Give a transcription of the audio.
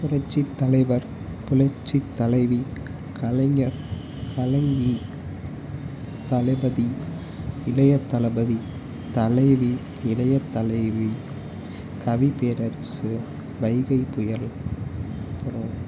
புரட்சித்தலைவர் புரட்சித்தலைவி கலைஞர் கலைஞி தளபதி இளையத் தளபதி தலைவி இளையத் தலைவி கவிப்பேரரசு வைகைப்புயல் அப்புறோம்